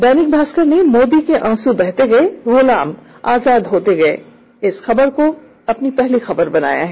दैनिक भास्कर ने मोदी के आंसू बहते गये गुलाम आजाद होते गये खबर को पहली खबर बनाया है